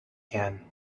can